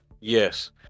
Yes